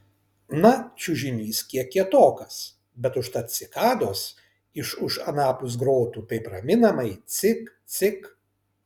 na čiužinys kiek kietokas bet užtat cikados iš už anapus grotų taip raminamai cik cik